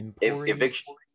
Eviction